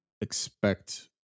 expect